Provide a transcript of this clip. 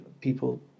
people